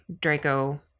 Draco